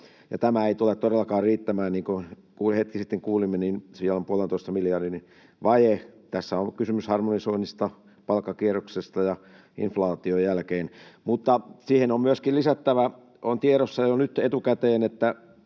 tämä ei tule todellakaan riittämään. Niin kuin hetki sitten kuulimme, siellä on 1,5 miljardin vaje. Tässä on kysymys harmonisoinnista, palkkakierroksesta, inflaation jälkeen. Mutta siihen on myöskin lisättävä: on tiedossa jo nyt etukäteen, että